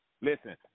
Listen